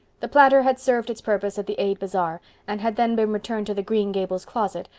the platter had served its purpose at the aid bazaar and had then been returned to the green gables closet,